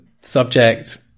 subject